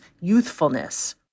youthfulness